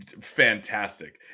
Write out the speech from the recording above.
Fantastic